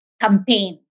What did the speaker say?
campaign